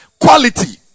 quality